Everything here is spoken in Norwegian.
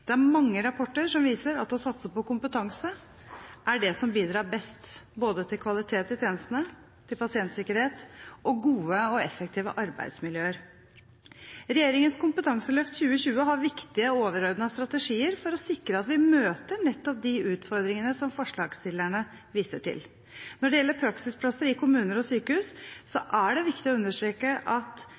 Det er mange rapporter som viser at å satse på kompetanse er det som bidrar best, både til kvalitet i tjenestene, pasientsikkerhet og til gode og effektive arbeidsmiljøer. Regjeringens Kompetanseløft 2020 har viktige overordnede strategier for å sikre at vi møter nettopp de utfordringene som forslagsstillerne viser til. Når det gjelder praksisplasser i kommuner og sykehus, vil jeg understreke at det er viktig å